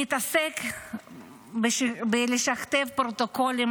נתעסק בלשכתב פרוטוקולים,